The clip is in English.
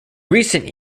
recent